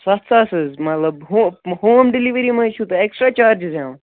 سَتھ ساس حظ مطلب ہو ہوم ڈِلِؤری مَہ حظ چھُو تُہۍ اٮ۪کٕسٹرٛا چارجِز ہٮ۪وان